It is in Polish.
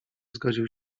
zgodził